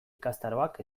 ikastaroak